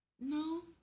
no